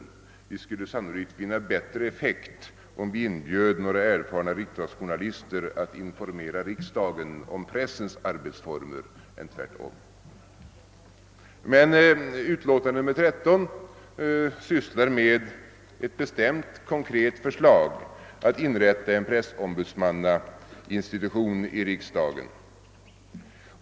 Vi skulle sannolikt vinna bättre effekt om vi inbjöd några erfarna riksdagsjournalister att informera om pressens arbetsformer. Men utlåtandet nr 13 sysslar med ett bestämt, konkret förslag, att inrätta en pressombudsmannainstitution i riksdagen.